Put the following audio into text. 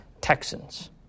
Texans